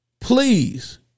please